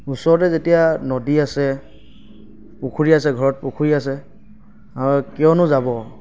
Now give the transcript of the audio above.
ওচৰতে যেতিয়া নদী আছে পুখুৰী আছে ঘৰত পুখুৰী আছে আৰু কিয়নো যাব